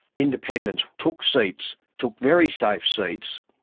independents took seats, took very safe seats,